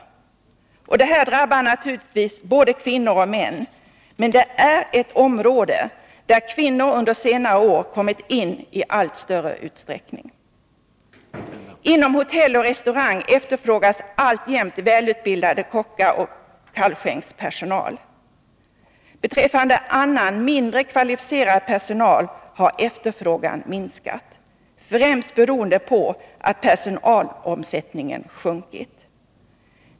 Det här drabbar naturligtvis både kvinnor och män, men det är ett område där kvinnor under senare år har kommit in i allt större utsträckning. Inom hotelloch restaurangbranschen efterfrågas alltjämt välutbildade kockor och kallskänkspersonal. Vad beträffar annan mindre kvalificerad personal har efterfrågan minskat, främst beroende på att personalomsättningen sjunkit.